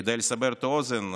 כדי לסבר את האוזן,